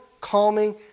calming